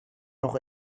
noch